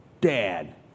dad